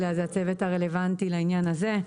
זה הצוות הרלוונטי לעניין הזה.